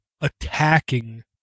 attacking